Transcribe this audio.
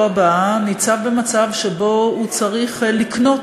הבאה נמצא במצב שבו הוא צריך לקנות